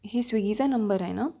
ही स्विगीचा नंबर आहे ना